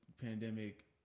pandemic